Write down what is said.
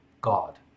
God